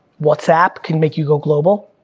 whatsapp can make you go global,